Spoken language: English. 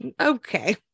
okay